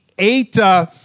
eight